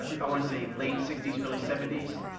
i want to say late sixty s, early seventy s,